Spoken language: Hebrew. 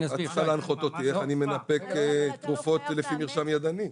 את צריכה להנחות אותי איך אני מנפק תרופות לפי מרשם ידני.